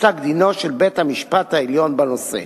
פסק-דינו של בית-המשפט העליון בנושא.